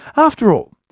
after all,